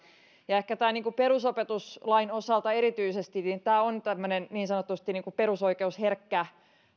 ja ehkä tämän perusopetuslain osalta erityisesti tämä on tämmöinen niin sanotusti perusoikeusherkkä